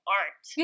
art